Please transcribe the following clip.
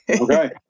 Okay